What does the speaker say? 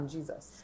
Jesus